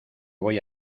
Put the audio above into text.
voy